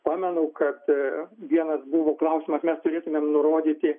pamenu kad ir vienas buvo klausimas mes turėtumėm nurodyti